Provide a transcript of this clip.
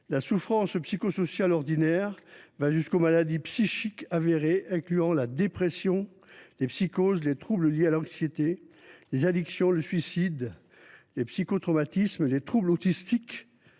la souffrance psychosociale ordinaire jusqu’aux maladies psychiques avérées, parmi lesquelles la dépression, les psychoses, les troubles liés à l’anxiété, les addictions, les tendances suicidaires, les psychotraumatismes et les troubles autistiques.